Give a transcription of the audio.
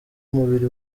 umubiri